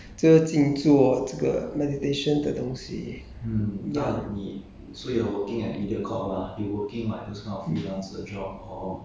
like meditation yeah 我很喜欢这个静坐这个 meditation 的东西